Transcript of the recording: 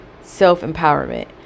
self-empowerment